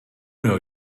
know